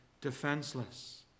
defenseless